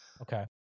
Okay